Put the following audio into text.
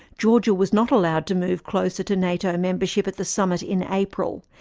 georgia was not allowed to move closer to nato and membership at the summit in april,